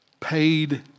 paid